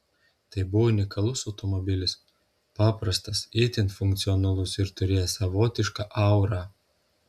tai buvo unikalus automobilis paprastas itin funkcionalus ir turėjęs savotišką aurą